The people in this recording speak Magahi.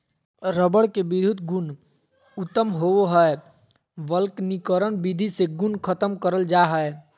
रबर के विधुत गुण उत्तम होवो हय वल्कनीकरण विधि से गुण खत्म करल जा हय